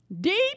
Deep